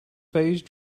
phase